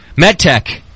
MedTech